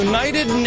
United